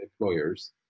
employers